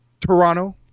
Toronto